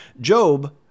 Job